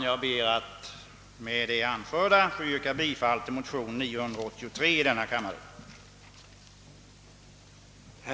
Jag ber att med det anförda få yrka bifall till motion nr 983 i denna kammare.